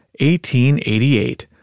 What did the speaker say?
1888